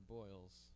boils